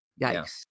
yikes